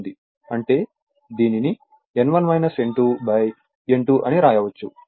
అంటే దీనిని N2 అని వ్రాయవచ్చు